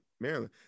maryland